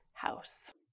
house